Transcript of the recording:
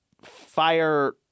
Fire